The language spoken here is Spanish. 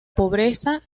pobreza